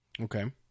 Okay